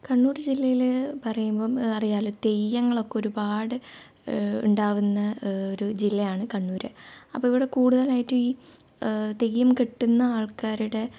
കണ്ണൂർ ജില്ലയിലെ പറയുമ്പോൾ അറിയാലോ തെയ്യങ്ങളൊക്കെ ഒരുപാട് ഉണ്ടാവുന്ന ഒരു ജില്ലയാണ് കണ്ണൂർ അപ്പോൾ ഇവിടെ കൂടുതലായിട്ടും ഈ തെയ്യം കെട്ടുന്ന ആൾക്കാരുടെ